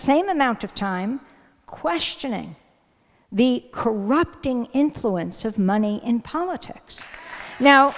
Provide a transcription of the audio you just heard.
same amount of time questioning the corrupting influence of money in politics now